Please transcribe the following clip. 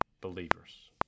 believers